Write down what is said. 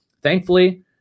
Thankfully